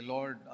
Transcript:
Lord